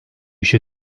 işi